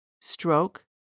stroke